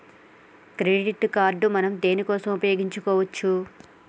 Credit card మనం దేనికోసం ఉపయోగించుకోవచ్చు?